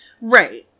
Right